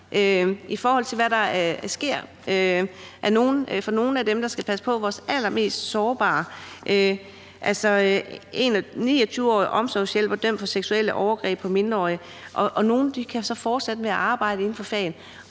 artikler om, hvad der sker for nogle af dem, der skal passe på vores allermest sårbare – altså, 29-årig omsorgshjælper dømt for seksuelle overgreb på mindreårig – og nogle kan så fortsætte med at arbejde inden for faget.